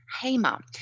Hamer